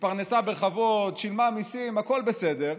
התפרנסה בכבוד, שילמה מיסים, הכול בסדר.